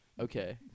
Okay